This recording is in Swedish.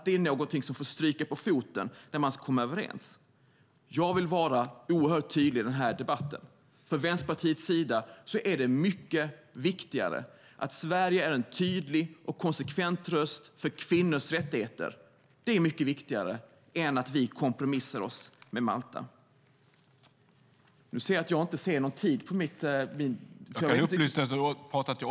Det är någonting som får stryka på foten när man ska komma överens. Jag vill vara oerhört tydlig i den här debatten: Från Vänsterpartiets sida är det mycket viktigare att Sverige är en tydlig och konsekvent röst för kvinnors rättigheter än att vi kompromissar med Malta. Nu ser jag inte min talartid.